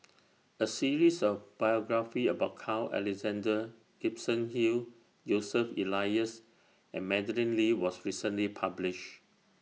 A series of biographies about Carl Alexander Gibson Hill Joseph Elias and Madeleine Lee was recently published